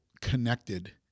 connected